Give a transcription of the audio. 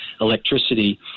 electricity